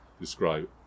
describe